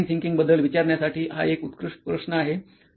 design थिंकिंगबद्दल विचारण्यासाठी हा एक उत्कृष्ट प्रश्न आहे